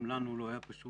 גם לנו לא היה פשוט